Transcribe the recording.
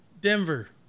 Denver